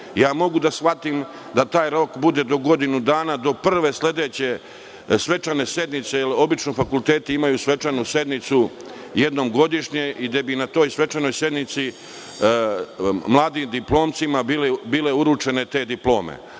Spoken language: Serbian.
Mogu da shvatim da taj rok bude do godinu dana, do prve sledeće svečane sednice, jer obično fakulteti imaju svečanu sednicu i jednom godišnje i na toj svečanoj sednici bi mladim diplomcima bile uručene te diplome.